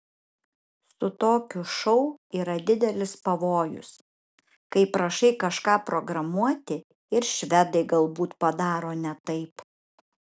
su tokiu šou yra didelis pavojus kai prašai kažką programuoti ir švedai galbūt padaro ne taip